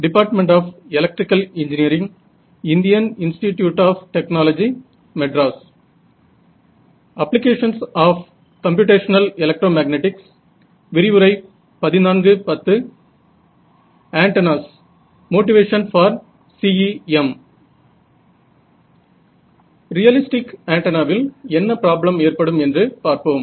realistic ஆன்டென்னாவில் என்ன problem ஏற்படும் என்று பார்ப்போம்